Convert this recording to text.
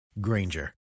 Granger